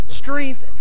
strength